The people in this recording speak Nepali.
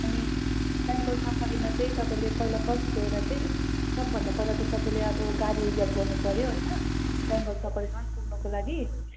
अनि बेङ्गाल सफारीमा चाहिँ तपाईँले पहिला फर्स्ट गएर चाहिँ सबभन्दा पहिला त तपाईँले अब गाडी रिजर्भ गर्नु पर्यो होइन बेङ्गाल सफारीसम्म पुग्नुको लागि